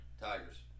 Tigers